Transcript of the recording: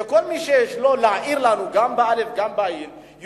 על הצעות החוק שכל מי שיש לו להאיר לנו וגם להעיר לנו,